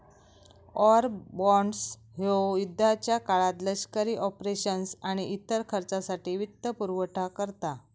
war bonds ह्यो युद्धाच्या काळात लष्करी ऑपरेशन्स आणि इतर खर्चासाठी वित्तपुरवठा करता